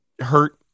Hurt